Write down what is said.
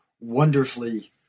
wonderfully